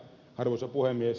arvoisa puhemies